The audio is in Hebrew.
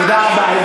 תודה רבה.